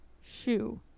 Shoe